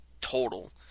total